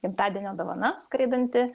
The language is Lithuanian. gimtadienio dovana skraidanti